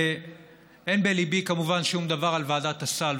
ואין בליבי כמובן שום דבר על ועדת הסל.